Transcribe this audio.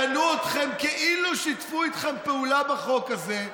קנו אתכם, כאילו שיתפו אתכם פעולה בחוק הזה,